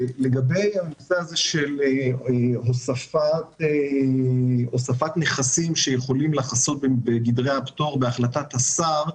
לגבי הנושא הזה של הוספת נכסים שיכולים לחסות בגדר הפטור בהחלטת השר,